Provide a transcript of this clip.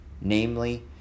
namely